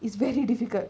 is very difficult